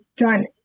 done